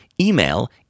email